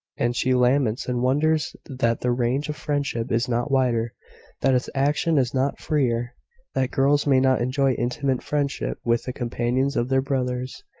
and she laments and wonders that the range of friendship is not wider that its action is not freer that girls may not enjoy intimate friendship with the companions of their brothers,